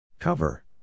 Cover